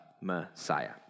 Messiah